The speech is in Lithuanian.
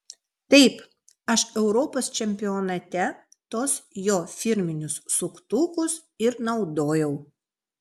taip aš europos čempionate tuos jo firminius suktukus ir naudojau